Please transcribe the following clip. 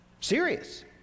Serious